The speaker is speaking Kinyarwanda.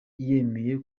yemeye